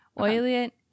oily